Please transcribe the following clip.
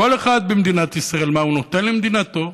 כל אחד במדינת ישראל, מה הוא נותן למדינתו,